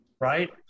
right